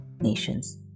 nations